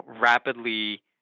rapidly